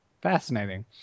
fascinating